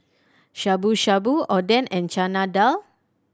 Shabu Shabu Oden and Chana Dal